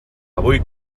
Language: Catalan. avui